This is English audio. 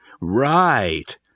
Right